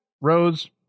rose